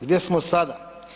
Gdje smo sada?